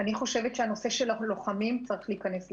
הנושא של הלוחמים צריך להיכנס לחוק.